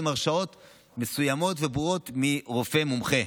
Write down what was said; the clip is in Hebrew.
עם הרשאות מסוימות וברורות מרופא מומחה.